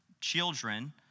children